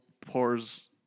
pours